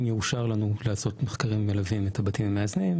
יאושר לנו לעשות מחקרים מלווים את הבתים המאזנים,